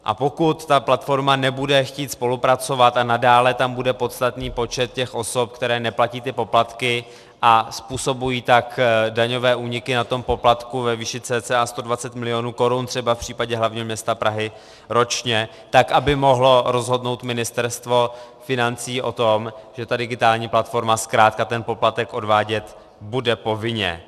A pokud ta platforma nebude chtít spolupracovat a nadále tam bude podstatný počet těch osob, které neplatí ty poplatky a způsobují tak daňové úniky na tom poplatku ve výši cca 120 milionů korun třeba v případě hlavního města Prahy ročně, tak aby mohlo rozhodnout Ministerstvo financí o tom, že ta digitální platforma zkrátka ten poplatek odvádět bude povinně.